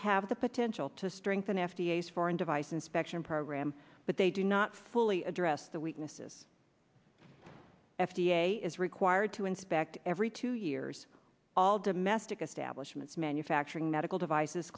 have the potential to strengthen f d a s four and device inspection program but they do not fully address the weaknesses f d a is required to inspect every two years all domestic establishments manufacturing medical device